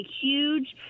huge